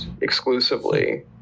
exclusively